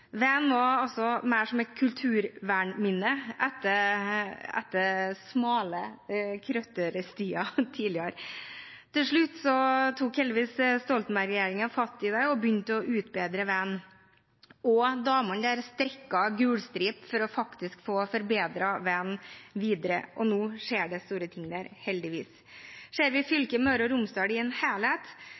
mer som et kulturminne etter smale krøtterstier tidligere. Til slutt tok heldigvis Stoltenberg-regjeringen fatt i det og begynte å utbedre veien. Damene der strikket gul stripe for å få forbedret veien videre, og nå skjer det heldigvis store ting der. Ser vi fylket Møre og Romsdal som en helhet,